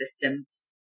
systems